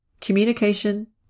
communication